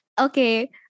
Okay